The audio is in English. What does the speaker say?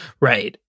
Right